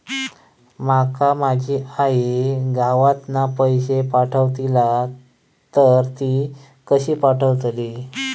माका माझी आई गावातना पैसे पाठवतीला तर ती कशी पाठवतली?